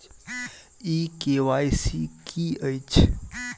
ई KYC की अछि?